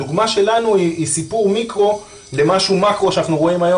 הדוגמה שלנו היא סיפור מיקרו למשהו מקרו שאנחנו רואים היום